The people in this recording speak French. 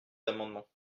amendements